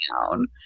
down